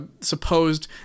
supposed